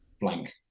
blank